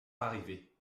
arriver